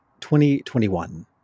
2021